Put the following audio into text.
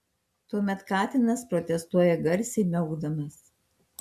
tuomet katinas protestuoja garsiai miaukdamas